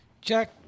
Jack